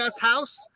House